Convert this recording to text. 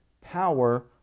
power